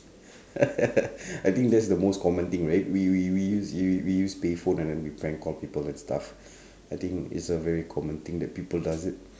I think that's the most common thing we we we use we we use payphone and then we prank call people and stuff I think it's a very common thing that people does it